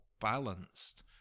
balanced